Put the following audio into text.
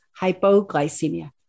hypoglycemia